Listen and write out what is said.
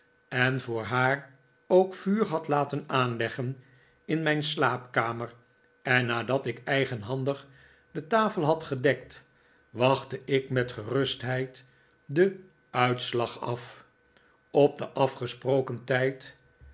en voor haar ook vuur had laten aanleggen in mijn slaapkamer en nadat ik eigenhandig de tafel had gedekt wachtte ik met gerustheid den uitslag af op den afgesproken tijd